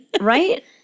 Right